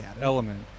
element